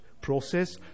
Process